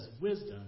Wisdom